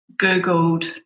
Googled